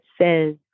says